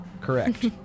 correct